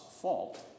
fault